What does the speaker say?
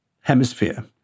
Hemisphere